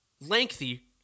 lengthy